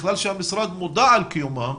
כאלה שהמשרד מודע לקיומן,